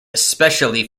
especially